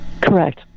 Correct